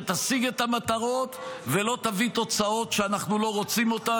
שתשיג את המטרות ולא תביא תוצאות שאנחנו לא רוצים אותן.